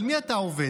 על מי אתה עובד?